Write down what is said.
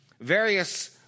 various